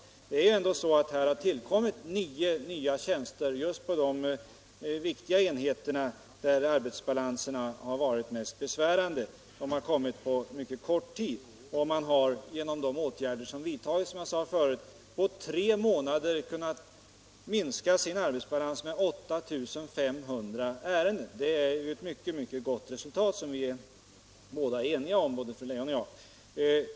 Det har ändå på mycket kort tid tillkommit nio nya tjänster just på de viktiga enheter där arbetsbalansen har varit mest besvärande. Och genom de åtgärder som vidtagits har man, som jag sade tidigare, på tre månader kunnat minska arbetsbalansen med 8 500 ärenden. Detta är ett mycket gott resultat, det anser ju både fru Leijon och jag.